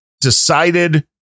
decided